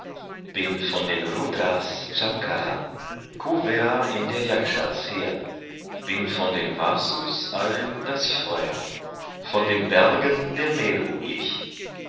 bin von den rudras ankara kuvera in der yakshas heer bin von den vasus all das feu'r von den bergen der meru ich